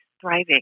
thriving